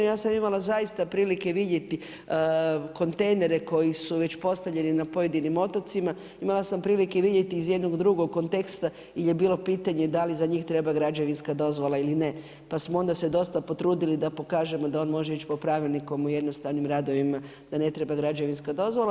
Ja sam imala zaista prilike vidjeti kontejnere koji su već postavljeni na pojedinim otocima, imala sam prilike vidjeti iz jednog drugog konteksta jer je bilo pitanje da li za njih treba građevinska dozvola ili ne, pa smo onda se dosta potrudili da pokažemo da on može ići po pravilniku o jednostavnim radovima, da ne treba građevinska dozvola.